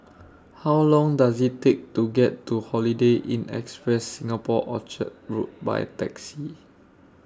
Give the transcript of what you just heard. How Long Does IT Take to get to Holiday Inn Express Singapore Orchard Road By Taxi